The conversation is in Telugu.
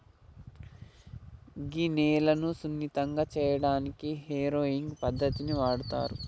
గీ నేలను సున్నితంగా సేయటానికి ఏరోయింగ్ పద్దతిని వాడుతారు